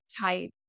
type